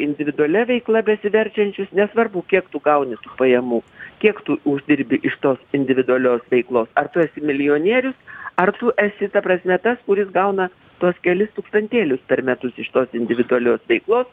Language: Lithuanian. individualia veikla besiverčiančius nesvarbu kiek tu gauni pajamų kiek tu uždirbi iš tos individualios veiklos ar tu esi milijonierius ar tu esi ta prasme tas kuris gauna tuos kelis tūkstantėlius per metus iš tos individualios veiklos